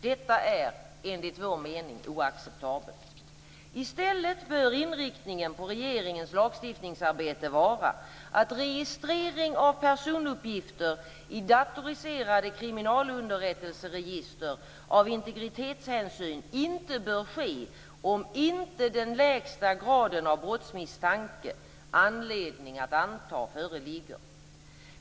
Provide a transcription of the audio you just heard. Detta är enligt vår mening oacceptabelt. I stället bör inriktningen på regeringens lagstiftningsarbete vara att registrering av personuppgifter i datoriserade kriminalunderrättelseregister av integritetshänsyn inte bör ske om inte den lägsta graden av brottsmisstanke - anledning att anta - föreligger.